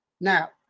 Now